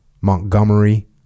Montgomery